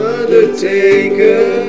Undertaker